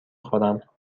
خورم